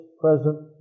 present